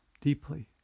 deeply